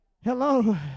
Hello